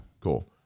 cool